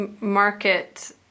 market